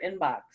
inbox